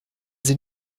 sie